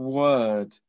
word